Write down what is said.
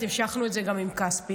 והמשכנו את זה גם עם כספי.